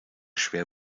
schwer